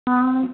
हाँ